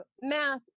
math